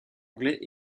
anglais